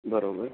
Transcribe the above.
બરોબર